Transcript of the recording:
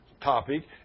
topic